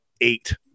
eight